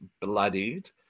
bloodied